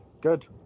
Good